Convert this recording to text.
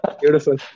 Beautiful